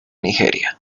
nigeria